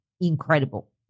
incredible